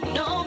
no